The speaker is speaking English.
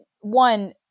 one